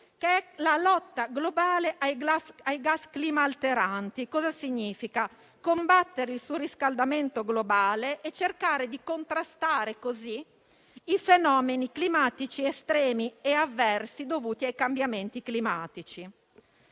che è la lotta globale ai gas climalteranti. Ciò significa combattere il surriscaldamento globale e cercare di contrastare così i fenomeni climatici estremi e avversi dovuti ai cambiamenti climatici.